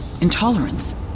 intolerance